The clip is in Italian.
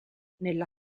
nella